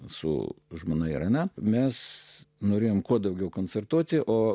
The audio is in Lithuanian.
su žmona irena mes norėjome kuo daugiau koncertuoti o